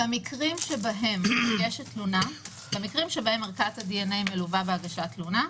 המקרים שבהם ערכת הדנ"א מלווה בהגשת תלונה,